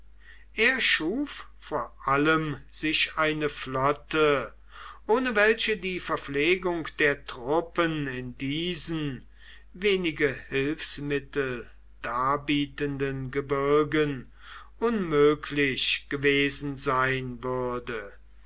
er schuf vor allem sich eine flotte ohne welche die verpflegung der truppen in diesen wenige hilfsmittel darbietenden gebirgen unmöglich gewesen sein würde